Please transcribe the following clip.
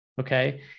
okay